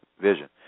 vision